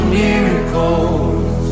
miracles